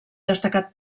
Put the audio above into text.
destacat